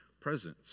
presence